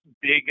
big